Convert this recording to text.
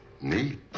Neat